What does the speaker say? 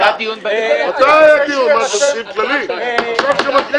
הצבעה בעד רוב נגד מיעוט סעיף 4א(ב)(2) אושר.